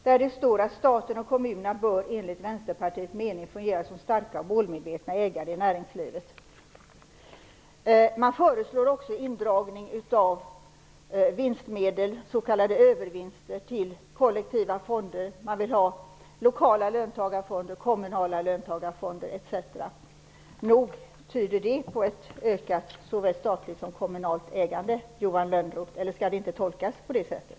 Där står det att staten och kommunerna enligt Vänsterpartiets mening bör fungera som starka och målmedvetna ägare i näringslivet. Man föreslår också indragning av vinstmedel, s.k. övervinster, till kollektiva fonder. Man vill ha lokala löntagarfonder, kommunala löntagarfonder etc. Nog tyder det på ett ökat såväl statligt som kommunalt ägande, Johan Lönnroth. Eller skall det inte tolkas på det sättet?